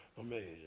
amazing